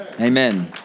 Amen